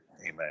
Amen